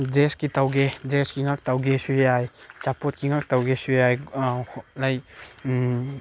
ꯗ꯭ꯔꯦꯁꯀꯤ ꯇꯧꯒꯦ ꯗ꯭ꯔꯦꯁꯀꯤ ꯉꯥꯛꯇ ꯇꯧꯒꯦꯁꯨ ꯌꯥꯏ ꯑꯆꯥꯄꯣꯠꯀꯤ ꯉꯥꯛꯇ ꯇꯧꯒꯦꯁꯨ ꯌꯥꯏ ꯂꯥꯏꯛ